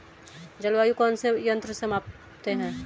जलवायु को कौन से यंत्र से मापते हैं?